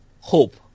hope